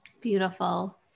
Beautiful